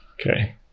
Okay